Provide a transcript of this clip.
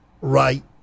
right